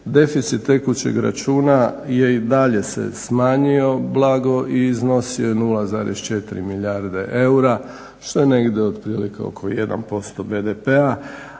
deficit tekućeg računa je i dalje se smanjio blago, i iznosio 0,4 milijarde eura što je negdje otprilike oko 1% BDP-a.